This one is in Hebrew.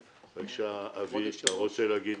אבי ניסנקורן בבקשה.